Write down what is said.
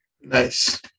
Nice